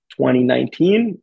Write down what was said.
2019